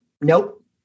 Nope